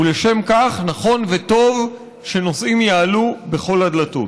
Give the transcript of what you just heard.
ולשם כך נכון וטוב שנוסעים יעלו בכל הדלתות.